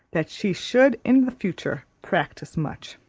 that she should in future practice much.